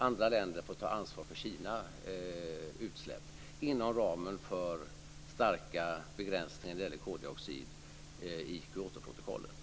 Andra länder får ta ansvar för sina utsläpp inom ramen för starka begränsningar när det gäller koldioxid i Kyotoprotokollet.